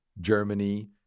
Germany